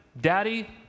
Daddy